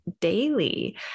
daily